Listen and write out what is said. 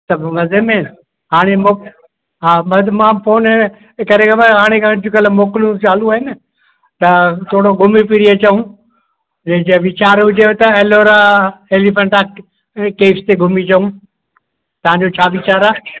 सभु मज़े में हाणे हा बस मां फोन करे हुयमि हाणे खां अॼु कल्ह मोकिलूं चालू आहिनि त थोरो घुमी फिरी अचूं त जे वीचारु हुजेव त ऐलोरा ऐलिफ़ेंटा केव्स ते घुमी अचूं तव्हांजो छा वीचारु आहे